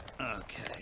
Okay